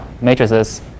matrices